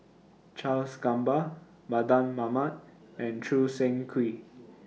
Charles Gamba Mardan Mamat and Choo Seng Quee